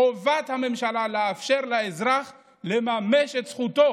חובת הממשלה לאפשר לאזרח לממש את זכותו.